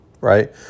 right